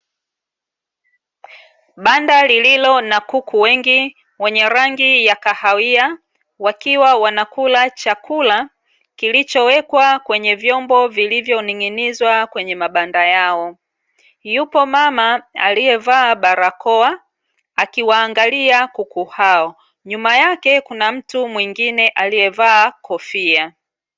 Banda lililo na kuku wengi wenye rangi ya kahawia, wakiwa wanakula chakula, kilichowekwa kwenye vyombo vilivyoning'inizwa kwenye mabanda yao. Yupo mama aliyevaa barakoa, akiwaangalia kuku hao. Nyuma yake kuna mtu mwingine aliyevaa kofia.